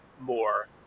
more